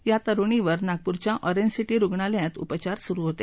या तरुणीवर नागपूरच्या एरेंज सीी रुग्णालयात उपचार सुरु होते